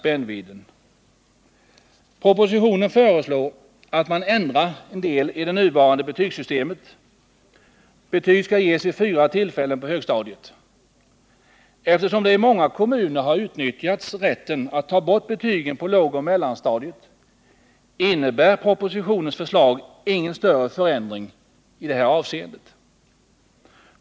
Propositionen föreslår att man ändrar en del i det nuvarande betygssystemet. Betyg skall ges vid fyra tillfällen på högstadiet. Eftersom man i många kommuner har utnyttjat rätten att ta bort betygen på lågoch mellanstadiet innebär propositionens förslag ingen större förändring i det avseendet.